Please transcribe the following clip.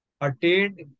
attained